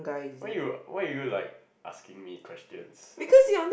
why you why are you like asking me questions